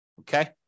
Okay